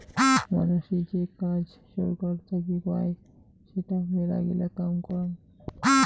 মানাসী যে কাজা সরকার থাকি পাই সেটা মেলাগিলা কাম করং